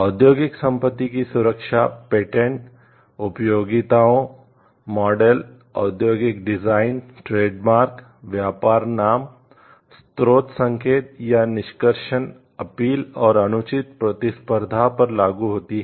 औद्योगिक संपत्ति की सुरक्षा पेटेंट व्यापार नाम स्रोत संकेतक या निष्कर्षण अपील और अनुचित प्रतिस्पर्धा पर लागू होती है